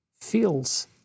feels